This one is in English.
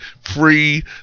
free